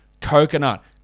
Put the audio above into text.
coconut